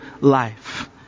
life